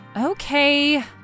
Okay